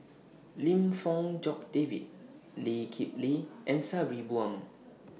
Lim Fong Jock David Lee Kip Lee and Sabri Buang